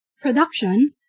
production